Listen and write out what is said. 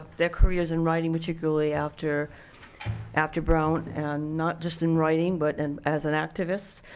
their careers in writing particularly after after brown, and not just in writing but and as an activist.